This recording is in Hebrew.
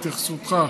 התייחסותך.